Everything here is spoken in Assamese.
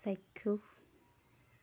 চাক্ষুষ